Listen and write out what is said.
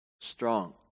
strong